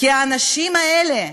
כי האנשים האלה,